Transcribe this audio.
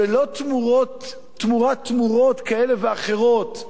ולא תמורת תמורות כאלה ואחרות,